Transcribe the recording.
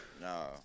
No